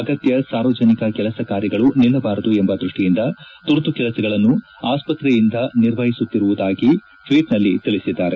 ಅಗತ್ಯ ಸಾರ್ವಜನಿಕ ಕೆಲಸ ಕಾರ್ಯಗಳು ನಿಲ್ಲಬಾರದೆಂಬ ದೃಷ್ಟಿಯಿಂದ ತುರ್ತು ಕೆಲಸಗಳನ್ನು ಆಸ್ಪತ್ರೆಯಿಂದಲೇ ನಿರ್ವಹಿಸುತ್ತಿರುವುದಾಗಿ ಟ್ವೀಟ್ನಲ್ಲಿ ಅವರು ತಿಳಿಸಿದ್ದಾರೆ